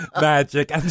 magic